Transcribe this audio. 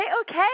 okay